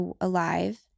alive